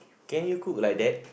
can you cook like that